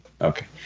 Okay